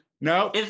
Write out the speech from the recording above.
No